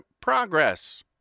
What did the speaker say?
Progress